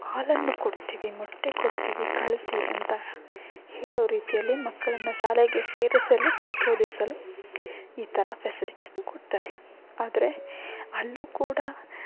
ಹಾಲನ್ನು ಕೊಡ್ತೀವಿ ಮೊಟ್ಟೆ ಕೊಡ್ತೀವಿ ಕಳಿಸಿ ಅಂತ ಹೇಳೋ ರೀತಿಯಲ್ಲಿ ಮಕ್ಕಳನ್ನು ಶಾಲೆಗೆ ಸೇರಿಸಲು ಪ್ರಚೋದಿಸಲು ಈ ಥರ ಫೆಸಿಲಿಟೀಸನ್ನ ಕೊಡ್ತಾರೆ ಆದರೆ ಅಲ್ಲೂ ಕೂಡ